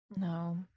No